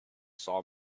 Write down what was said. saw